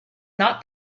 not